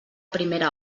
primera